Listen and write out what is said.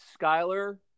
Skyler